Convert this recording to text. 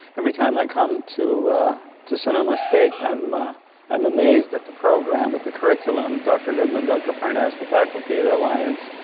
every time i come to to sonoma state, i'm i'm amazed at the program, at the curriculum doctor goodman, doctor prana as the faculty, the alliance.